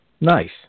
Nice